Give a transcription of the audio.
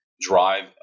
drive